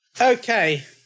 Okay